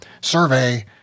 survey